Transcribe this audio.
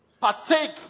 partake